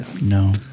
no